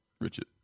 Richard